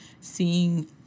seeing